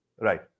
right